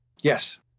Yes